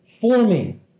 forming